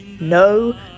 No